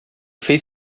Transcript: fez